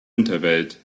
unterwelt